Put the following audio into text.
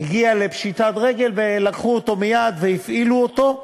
הגיע לפשיטת רגל, ולקחו אותו מייד והפעילו אותו.